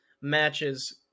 matches